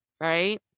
right